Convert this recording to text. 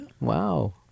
Wow